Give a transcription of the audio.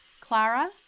Clara